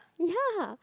ya